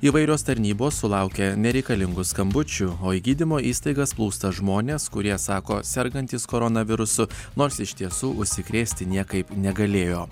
įvairios tarnybos sulaukia nereikalingų skambučių o į gydymo įstaigas plūsta žmonės kurie sako sergantys koronavirusu nors iš tiesų užsikrėsti niekaip negalėjo